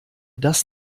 das